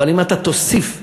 אבל אם אתה תוסיף מעבר,